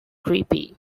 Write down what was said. creepy